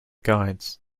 guides